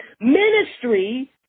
Ministry